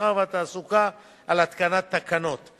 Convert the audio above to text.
המסחר והתעסוקה על התקנת תקנות.